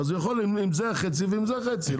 הוא יכול עם זה חצי ועם זה חצי.